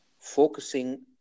Focusing